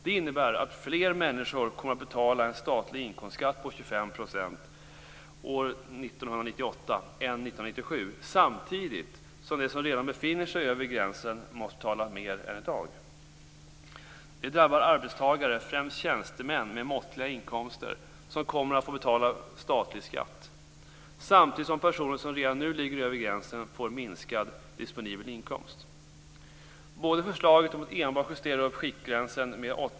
Det innebär att fler människor kommer att betala en statlig inkomstskatt på 25 % år 1998 än 1997, samtidigt som de som redan befinner sig över gränsen måste betala mer än i dag. Det drabbar arbetstagare - främst tjänstemän med måttliga inkomster - som kommer att få betala statlig skatt, samtidigt som personer som redan nu ligger över gränsen får minskad disponibel inkomst.